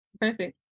Perfect